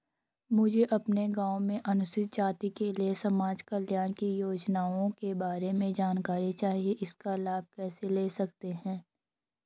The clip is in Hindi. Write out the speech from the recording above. मुझे अपने गाँव में अनुसूचित जाति के लिए समाज कल्याण की योजनाओं के बारे में जानकारी चाहिए इसका लाभ कैसे ले सकते हैं?